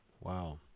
Wow